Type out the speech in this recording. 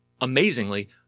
amazingly